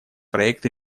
проект